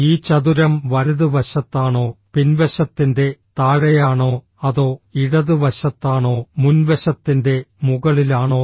ഈ ചതുരം വലതുവശത്താണോ പിൻവശത്തിന്റെ താഴെയാണോ അതോ ഇടതുവശത്താണോ മുൻവശത്തിന്റെ മുകളിലാണോ